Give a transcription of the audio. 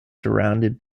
surrounded